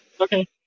Okay